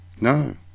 no